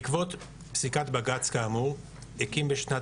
בעקבות פסיקת בג”ץ כאמור הקים בשנת